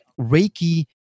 Reiki